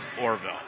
Orville